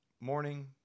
morning